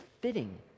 fitting